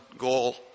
goal